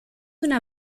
una